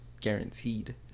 guaranteed